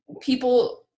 people